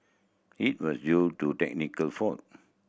it was due to a technical fault